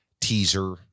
teaser